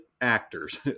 actors